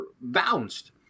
bounced